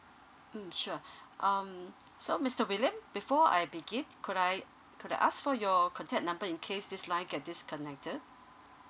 mm sure um so mister william before I begin could I could I ask for your contact number in case this line get disconnected